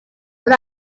but